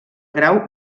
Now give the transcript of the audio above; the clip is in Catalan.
grau